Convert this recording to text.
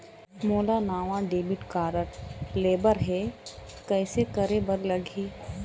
मोला नावा debit card लेबर हे, कइसे करे बर लगही?